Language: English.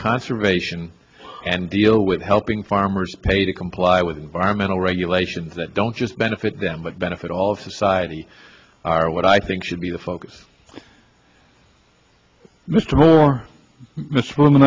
conservation and deal with helping farmers pay to comply with environmental regulations that don't just benefit them but benefit all of society are what i think should be the focus mr moore